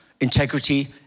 Integrity